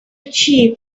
achieve